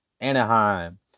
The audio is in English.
Anaheim